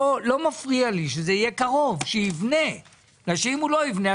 כאן לא מפריע לי שזה יהיה קרוב אבל שיבנה כי אם הוא לא יבנה,